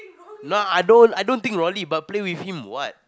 no I don't I don't think wrongly but play with him why